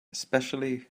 especially